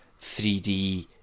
3D